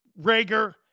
Rager –